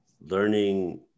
learning